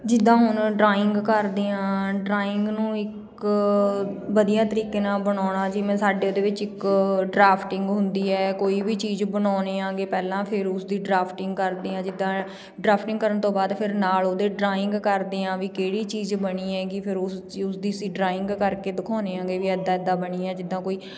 ਜਿੱਦਾਂ ਹੁਣ ਡਰਾਇੰਗ ਕਰਦੇ ਹਾਂ ਡਰਾਇੰਗ ਨੂੰ ਇੱਕ ਵਧੀਆ ਤਰੀਕੇ ਨਾਲ ਬਣਾਉਣਾ ਜਿਵੇਂ ਸਾਡੇ ਉਹਦੇ ਵਿੱਚ ਇੱਕ ਡਰਾਫਟਿੰਗ ਹੁੰਦੀ ਹੈ ਕੋਈ ਵੀ ਚੀਜ਼ ਬਣਾਉਂਦੇ ਆਗੇ ਪਹਿਲਾਂ ਫਿਰ ਉਸ ਦੀ ਡਰਾਫਟਿੰਗ ਕਰਦੇ ਹਾਂ ਜਿੱਦਾਂ ਡਰਾਫਟਿੰਗ ਕਰਨ ਤੋਂ ਬਾਅਦ ਫਿਰ ਨਾਲ ਉਹਦੇ ਡਰਾਇੰਗ ਕਰਦੇ ਹਾਂ ਵੀ ਕਿਹੜੀ ਚੀਜ਼ ਬਣੀ ਹੈਗੀ ਫਿਰ ਉਸ ਦੀ ਉਸ ਦੀ ਅਸੀ ਡਰਾਇੰਗ ਕਰਕੇ ਦਿਖਾਉਂਦੇ ਆਗੇ ਵੀ ਇੱਦਾਂ ਇੱਦਾਂ ਬਣੀ ਆ ਜਿੱਦਾਂ ਕੋਈ